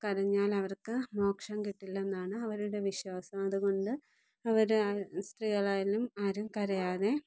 കരഞ്ഞാലവർക്ക് മോക്ഷം കിട്ടില്ലന്നാണ് അവരുടെ വിശ്വാസം അതുകൊണ്ട് അവരെ സ്ത്രീകളായാലും ആരും കരയാതെ